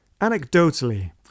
Anecdotally